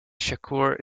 shakur